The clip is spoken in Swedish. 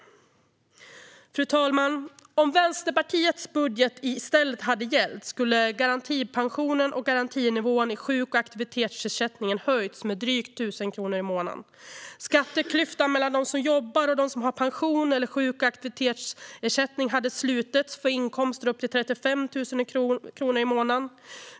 Riksrevisionens rapport om mörkertal inom bostadstillägget Fru talman! Om Vänsterpartiets budget i stället hade gällt skulle garantipensionen och garantinivån i sjuk och aktivitetsersättningen ha höjts med drygt 1 000 kronor i månaden. Skatteklyftan mellan dem som jobbar och dem som har pension eller sjuk och aktivitetsersättning hade slutits för inkomster upp till 35 000 kronor i månaden.